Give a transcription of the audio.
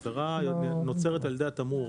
העבירה נוצרת על ידי התמרור.